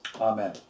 amen